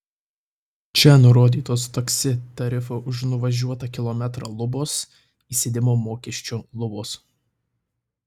čia nurodytos taksi tarifo už nuvažiuotą kilometrą lubos įsėdimo mokesčio lubos